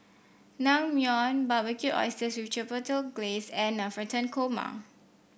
Naengmyeon Barbecued Oysters with Chipotle Glaze and Navratan Korma